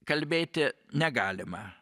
kalbėti negalima